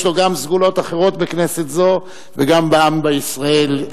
יש לו גם סגולות אחרות בכנסת זו וגם בעם בישראל.